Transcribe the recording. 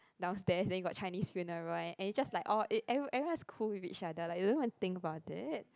downstairs then you got Chinese funeral and it just like oh everyone everyone is cool with each other like we don't even think about it